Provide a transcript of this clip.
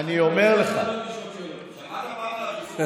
עריצות הרוב?